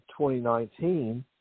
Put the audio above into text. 2019